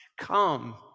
Come